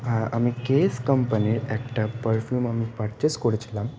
হ্যাঁ আমি কেস কোম্পানির একটা পারফিউম আমি পারচেস করেছিলাম